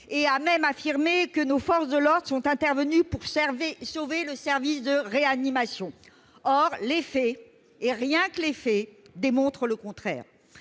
et a même affirmé que nos « forces de l'ordre [étaient] intervenues pour sauver le service de réanimation ». Or les faits et rien que les faits démontrent le contraire.